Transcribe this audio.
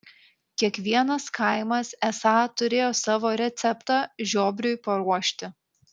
kiekvienas kaimas esą turėjo savo receptą žiobriui paruošti